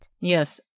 Yes